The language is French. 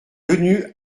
venu